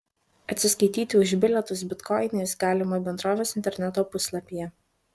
atsiskaityti už bilietus bitkoinais galima bendrovės interneto puslapyje